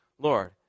Lord